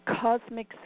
cosmic